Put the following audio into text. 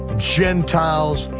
gentiles,